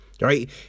right